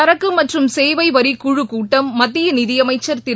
சரக்கு மற்றும் சேவை வரிக்குழுக் கூட்டம் மத்திய நிதியமைச்சா் திரு